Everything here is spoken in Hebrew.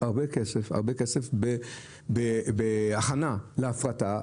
הרבה כסף בהכנה להפרטה,